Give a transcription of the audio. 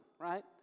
right